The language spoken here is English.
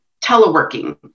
teleworking